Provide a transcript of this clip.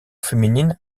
féminine